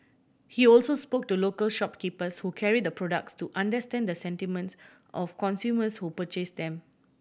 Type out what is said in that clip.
he also spoke to local shopkeepers who carried the products to understand the sentiments of consumers who purchase them